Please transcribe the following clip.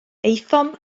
aethom